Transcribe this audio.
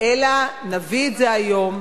אלא נביא את זה היום,